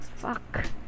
Fuck